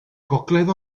gogledd